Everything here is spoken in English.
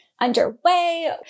underway